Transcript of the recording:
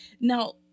Now